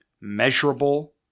measurable